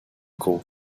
cool